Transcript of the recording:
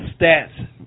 stats